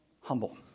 humble